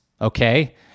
Okay